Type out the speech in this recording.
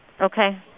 Okay